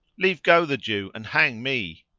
leave go the jew and hang me.